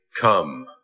come